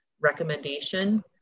recommendation